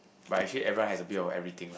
but actually everyone has a bit of everything lah